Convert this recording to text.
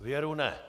Věru ne!